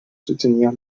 soutenir